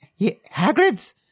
Hagrids